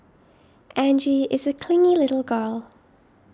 Angie is a clingy little girl